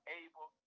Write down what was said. able